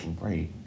Right